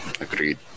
agreed